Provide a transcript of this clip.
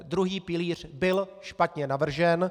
Druhý pilíř byl špatně navržen.